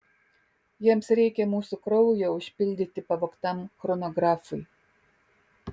jiems reikia mūsų kraujo užpildyti pavogtam chronografui